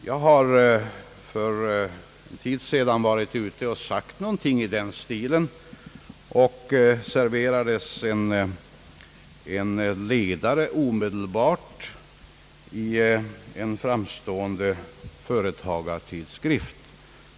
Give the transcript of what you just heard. Jag sade för en tid sedan något i den stilen och serverades omedelbart en ledare i en framstående företagartidskrift.